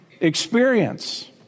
experience